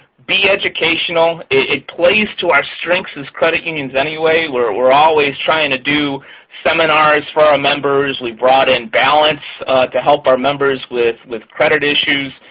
be educational. it plays to our strengths as credit unions anyway. we're we're always trying to do seminars for our members. we brought in balance to help our members with with credit issues.